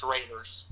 Raiders